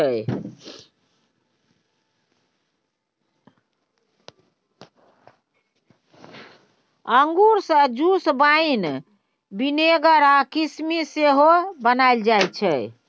अंगुर सँ juice, wine, vinegar आ किसमिस सेहो बनाएल जाइ छै